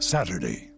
Saturday